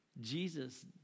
Jesus